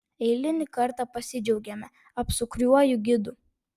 eilinį kartą pasidžiaugiame apsukriuoju gidu